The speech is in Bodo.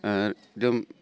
जों